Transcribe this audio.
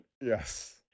yes